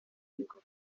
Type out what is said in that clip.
ariko